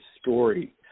story